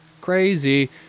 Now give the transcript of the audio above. Crazy